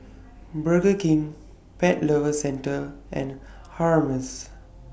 Burger King Pet Lovers Centre and Hermes